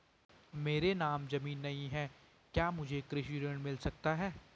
मेरे नाम ज़मीन नहीं है क्या मुझे कृषि ऋण मिल सकता है?